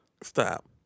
Stop